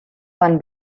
fan